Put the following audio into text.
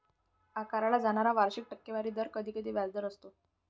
आकारला जाणारा वार्षिक टक्केवारी दर कधीकधी व्याजदर असतो